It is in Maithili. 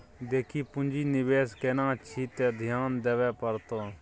देखी पुंजी निवेश केने छी त ध्यान देबेय पड़तौ